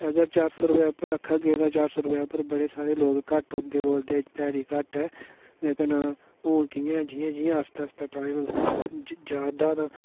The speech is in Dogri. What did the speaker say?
पर चार सौ रपेआ पर आखगे तां चार सौ रपेऽ पर बड़े सारे लोक घट्ट औंदे ते ध्याड़ी घट्ट ऐ लेकिन हू'न कि'यां जि'यां जि'यां आस्तै आस्तै टाईम जा दा तां